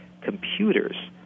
computers